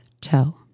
toe